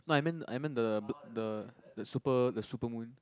no I meant I meant the the the super the super moon